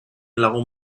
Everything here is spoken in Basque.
lagun